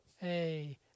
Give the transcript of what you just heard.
hey